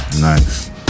Nice